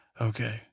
Okay